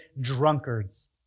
drunkards